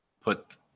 put